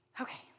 Okay